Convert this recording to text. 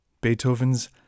Beethoven's